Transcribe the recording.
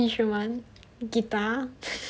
instrument guitar